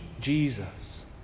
Jesus